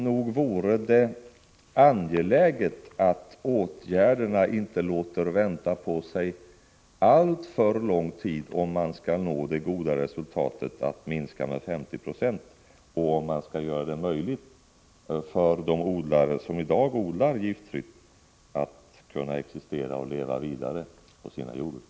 Det är angeläget att åtgärderna inte låter vänta på sig alltför lång tid, om vi skall kunna nå det goda resultatet att minska giftanvändningen med 50 90 och göra det möjligt för de odlare som i dag odlar giftfritt att existera och leva vidare på sina jordbruk.